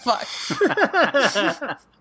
fuck